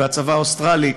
והצבא האוסטרלי,